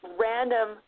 random